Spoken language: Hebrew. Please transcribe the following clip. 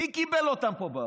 מי קיבל אותם פה בארץ?